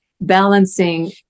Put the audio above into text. balancing